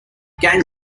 gang